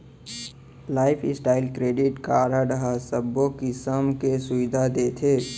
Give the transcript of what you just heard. life style credit card ह सबो किसम के सुबिधा देथे